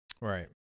Right